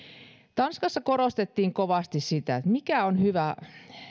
tanskassa korostettiin kovasti sitä mikä on hyvä